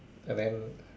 and then